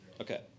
Okay